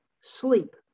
Sleep